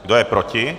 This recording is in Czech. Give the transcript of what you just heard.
Kdo je proti?